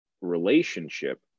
relationship